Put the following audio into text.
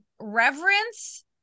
reverence